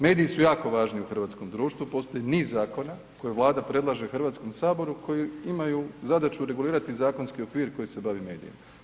Mediji su jako važni u hrvatskom društvu, postoji niz zakona koje Vlada predlaže HS-u koji imaju zadaću regulirati zakonski okvir koji se bavi medijima.